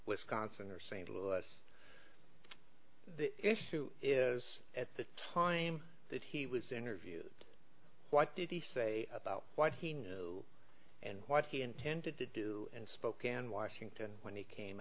wisconsin or st louis the issue is at the time that he was interviewed what did he say about what he knew and what he intended to do in spokane washington when he came